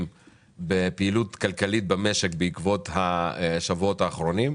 בפעילות הכלכלית במשק בעקבות השבועות האחרונים?